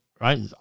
right